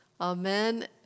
Amen